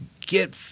Get